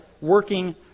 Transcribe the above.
working